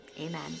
amen